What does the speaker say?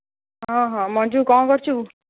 ହଁ ହଁ ମଞ୍ଜୁ କ'ଣ କରୁଛୁ